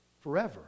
forever